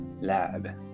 lab